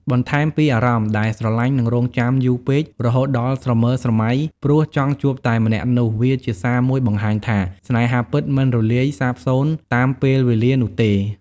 បន្ថែមពី អារម្មណ៍ដែលស្រលាញ់និងរងចាំយូរពេករហូតដល់ស្រមើស្រម៉ៃ ព្រោះចង់ជួបតែម្នាក់នោះ វាជាសារមួយបង្ហាញថា ស្នេហាពិតមិនរលាយសាបសូន្យតាមពេលវេលានោះទេ។។